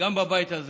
גם בבית הזה